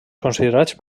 considerats